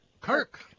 Kirk